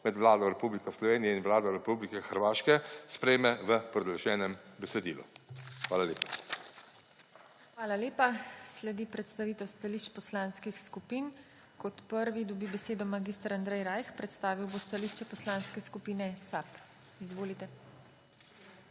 med Vlado Republike Slovenije in Vlado Republike Hrvaške sprejme v predloženem besedilu. Hvala lepa. **PODPREDSEDNICA TINA HEFERLE:** Hvala lepa. Sledi predstavitev stališč poslanskih skupin. Kot prvi dobi besedo mag. Andrej Rajh, predstavil bo stališče Poslanske skupine SAB. Izvolite.